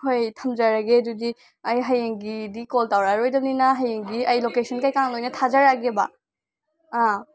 ꯍꯣꯏ ꯊꯝꯖꯔꯒꯦ ꯑꯗꯨꯗꯤ ꯑꯩ ꯍꯌꯦꯡꯒꯤꯗꯤ ꯀꯣꯜ ꯇꯧꯔꯛꯑꯔꯣꯏꯗꯝꯅꯤꯅ ꯍꯌꯦꯡꯒꯤ ꯑꯩ ꯂꯣꯀꯦꯁꯟ ꯀꯩꯀꯥꯡ ꯂꯣꯏꯅ ꯊꯥꯖꯔꯛꯑꯒꯦꯕ ꯑꯥ